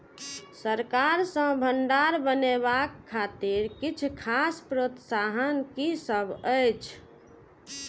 सरकार सँ भण्डार बनेवाक खातिर किछ खास प्रोत्साहन कि सब अइछ?